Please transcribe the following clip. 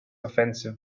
offensive